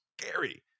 scary